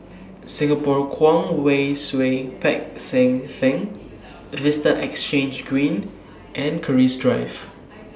Singapore Kwong Wai Siew Peck San Theng Vista Exhange Green and Keris Drive